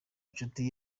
nshuti